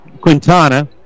Quintana